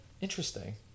Interesting